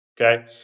Okay